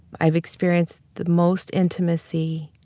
i've experienced the most intimacy